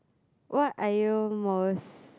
what are you most